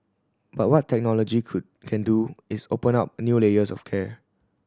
but what technology could can do is open up new layers of care